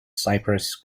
cyprus